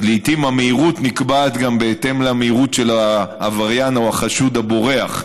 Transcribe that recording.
לעיתים המהירות נקבעת גם בהתאם למהירות של העבריין או החשוד הבורח.